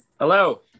Hello